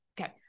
Okay